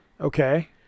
Okay